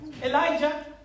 Elijah